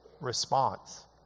response